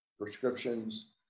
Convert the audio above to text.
prescriptions